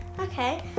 Okay